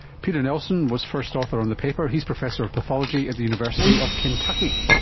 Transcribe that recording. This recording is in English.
peter nelson was first author on the paper, he is professor of pathology at the university of kentucky.